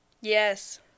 Yes